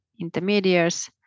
intermediaries